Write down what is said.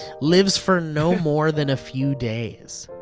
lives for no more than a few days.